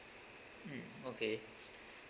mm okay